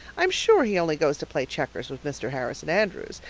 i'm sure he only goes to play checkers with mr. harrison andrews,